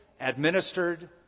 administered